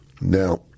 Now